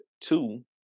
two